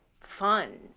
fun